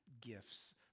gifts